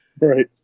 Right